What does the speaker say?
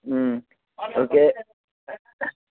okay